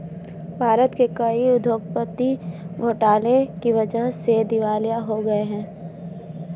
भारत के कई उद्योगपति घोटाले की वजह से दिवालिया हो गए हैं